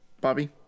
Bobby